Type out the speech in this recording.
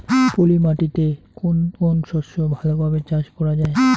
পলি মাটিতে কোন কোন শস্য ভালোভাবে চাষ করা য়ায়?